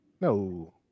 No